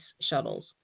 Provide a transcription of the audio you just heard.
shuttles